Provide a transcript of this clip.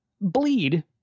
bleed